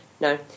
no